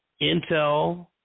intel